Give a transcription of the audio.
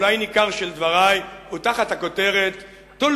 אולי ניכר של דברי הוא תחת הכותרת "טול